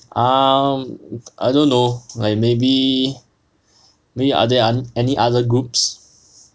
um I don't know like maybe mayb~ are there any other groups